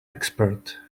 expert